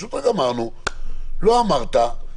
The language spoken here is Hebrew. פשוט אמרנו: לא אמרת,